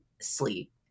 sleep